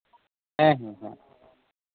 ᱦᱮᱸ ᱦᱮᱸ